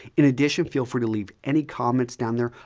in addition, feel free to leave any comments down there.